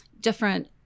different